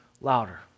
louder